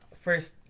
first